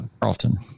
Carlton